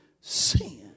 sin